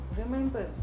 remember